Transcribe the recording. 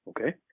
Okay